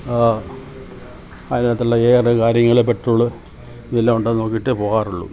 അതിനകത്തുള്ള എയര് കാര്യങ്ങള് പെട്രോള് ഇതെല്ലാം ഉണ്ടോ എന്ന് നോക്കിയിട്ടേ പോകാറുള്ളു